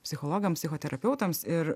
psichologams psichoterapeutams ir